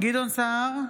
גדעון סער,